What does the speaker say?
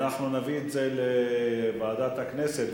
אנחנו נביא את זה לוועדת הכנסת,